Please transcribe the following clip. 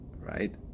right